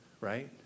Right